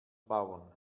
bauern